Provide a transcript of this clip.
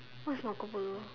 who is Marco Polo